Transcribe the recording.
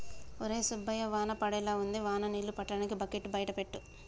ఒరై సుబ్బయ్య వాన పడేలా ఉంది వాన నీళ్ళు పట్టటానికి బకెట్లు బయట పెట్టు